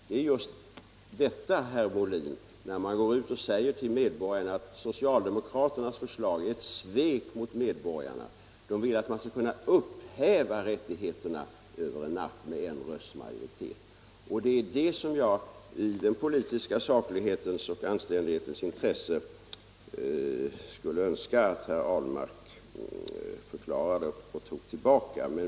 Herr Ahlmark går alltså ut och säger till medborgarna: Socialdemokraternas förslag är ett svek mot medborgarna; de vill att man skall upphäva rättigheterna över en natt med en rösts majoritet! Det är det som jag i den politiska saklighetens och anständighetens intresse skulle önska att herr Ahlmark förklarade och tog tillbaka.